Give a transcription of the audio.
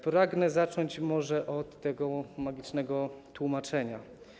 Pragnę zacząć od tego magicznego tłumaczenia.